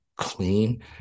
clean